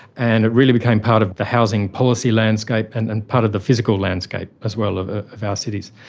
and it really became part of the housing policy landscape and and part of the physical landscape as well of ah of our cities.